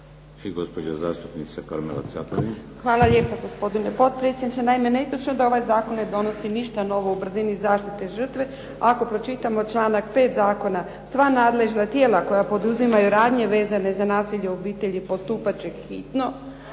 Hvala lijepo gospodine